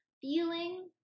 feeling